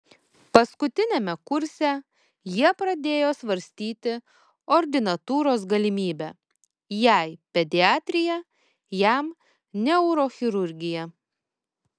paskutiniame kurse jie pradėjo svarstyti ordinatūros galimybę jai pediatrija jam neurochirurgija